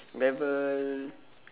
never